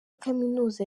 kaminuza